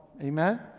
Amen